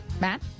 Matt